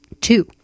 Two